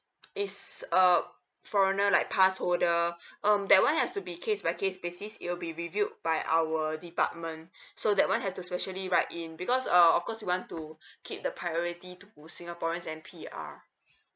is a foreigner like pass holder um that [one] has to be case by case basis it will be reviewed by our department so that [one] have to specially write in because uh of course you want to keep the priority to full singaporeans and P_R